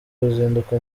ruzinduko